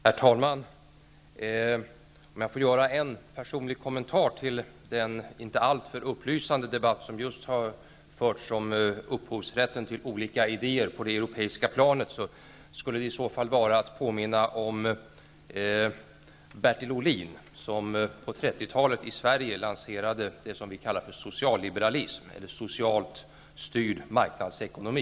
Herr talman! Om jag får göra en personlig kommentar till den inte alltför upplysande debatt som just förts om upphovsrätten till olika idéer på det europeiska planet, skulle det i så fall vara att påminna om Bertil Ohlin. På 1930-talet i Sverige lanserade han det som vi kallar för socialliberalism, eller socialt styrd marknadsekonomi.